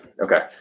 Okay